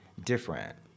Different